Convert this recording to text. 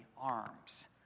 arms